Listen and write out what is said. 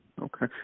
Okay